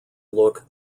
look